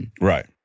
Right